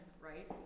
right